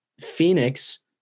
Phoenix